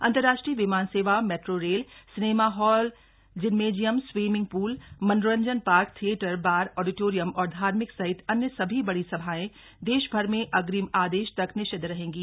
अंतरराष्ट्रीय विमान सेवा metro rail cinema hall gymnasium swimming pool मनोरंजन पार्क थियेटर बार ऑडिटोरियम और धार्मिक सहित अन्य सभी बड़ी सभाएं देशभर में अग्रिम आदेश तक निषिद्व रहेंगे